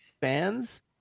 fans